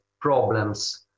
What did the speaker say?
problems